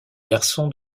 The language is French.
garçon